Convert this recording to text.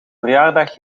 verjaardag